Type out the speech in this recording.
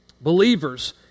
Believers